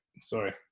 sorry